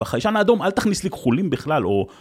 בחיישן האדום אל תכניס לי כחולים בכלל או...